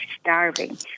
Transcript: starving